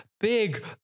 big